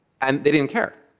and they didn't care.